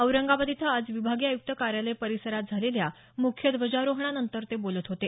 औरंगाबाद इथं आज विभागीय आयुक्त कार्यालय परिसरात झालेल्या मुख्य ध्वजारोहणानंतर ते बोलत होते